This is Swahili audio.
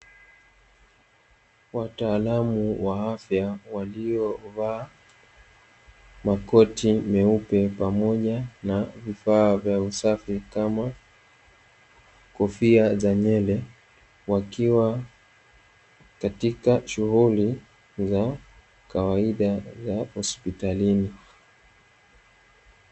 Wataalamu wa afya waliovaa makoti meupe pamoja na vifaa vya usafi kama kofia za nywele, wakiwa katika shughuli za kawaida za hospitalini.